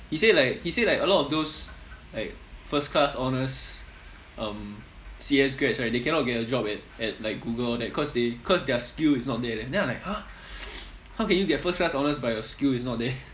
he say like he say like a lot of those like first class honours um C_S grads right they cannot get a job at at like google all that cause they cause their skill is not there leh then I'm like !huh! how can you get first class honours but your skill is not there